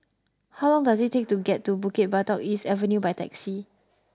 how long does it take to get to Bukit Batok East Avenue by taxi